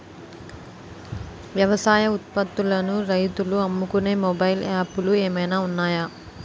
వ్యవసాయ ఉత్పత్తులను రైతులు అమ్ముకునే మొబైల్ యాప్ లు ఏమైనా ఉన్నాయా?